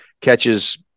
catches –